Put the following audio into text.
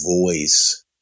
voice